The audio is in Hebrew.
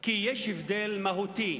כי יש הבדל מהותי